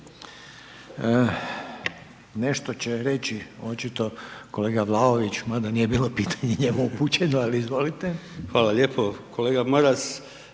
Nešto će reći očito kolega Vlaović mada nije bilo pitanje njemu upućeno, ali izvolite. **Vlaović, Davor